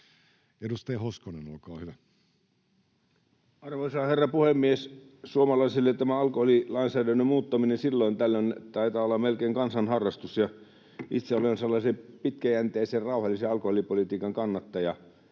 17:26 Content: Arvoisa herra puhemies! Suomalaisille tämä alkoholilainsäädännön muuttaminen silloin tällöin taitaa olla melkein kansanharrastus, ja itse olen sellaisen pitkäjänteisen, rauhallisen alkoholipolitiikan kannattaja.